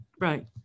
right